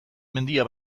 mendia